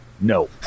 no